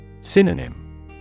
Synonym